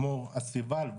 כמו אסיבל,